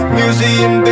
museum